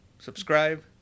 Subscribe